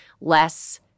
less –